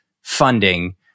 funding